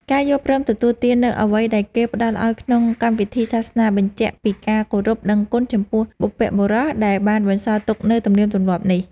ការយល់ព្រមទទួលទាននូវអ្វីដែលគេផ្តល់ឱ្យក្នុងកម្មវិធីសាសនា បញ្ជាក់ពីការគោរពដឹងគុណចំពោះបុព្វបុរសដែលបានបន្សល់ទុកនូវទំនៀមទម្លាប់នេះ។